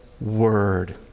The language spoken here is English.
word